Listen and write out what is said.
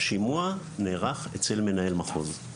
השימוע נערך אצל מנהל מחוז.